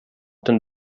den